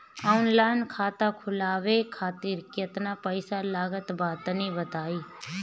Online खाता खूलवावे खातिर केतना पईसा लागत बा तनि बताईं?